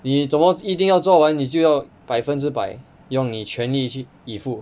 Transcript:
你怎么一定要做完你就要百分之百用你全力去以赴